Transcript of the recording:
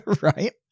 right